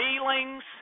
feelings